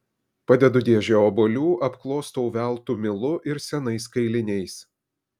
padedu dėžę obuolių apklostau veltu milu ir senais kailiniais